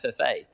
FFA